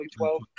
2012